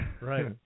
Right